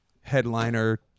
headliner